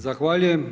Zahvaljujem.